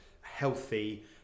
healthy